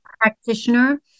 practitioner